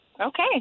Okay